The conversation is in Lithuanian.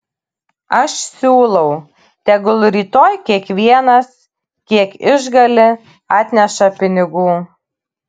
aš siūlau tegul rytoj kiekvienas kiek išgali atneša pinigų